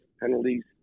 penalties